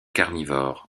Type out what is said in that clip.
carnivores